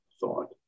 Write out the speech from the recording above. thought